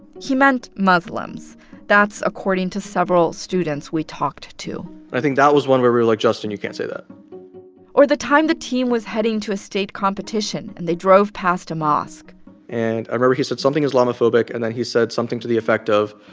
he meant muslims that's according to several students we talked to i think that was one where we were like, justin, you can't say that or the time the team was heading to a state competition and they drove past a mosque and i remember he said something islamophobic, and then he said something to the effect of,